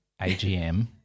AGM